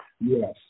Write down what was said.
yes